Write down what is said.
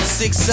six